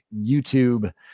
YouTube